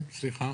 סליחה,